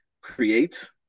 create